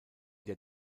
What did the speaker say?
der